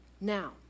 Now